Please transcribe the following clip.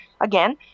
again